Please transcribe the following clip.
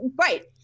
Right